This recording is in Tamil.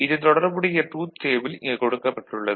இதன் தொடர்புடைய ட்ரூத் டேபிள் இங்கு கொடுக்கப்பட்டுள்ளது